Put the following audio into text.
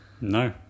No